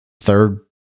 third